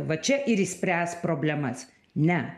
va čia ir išspręs problemas ne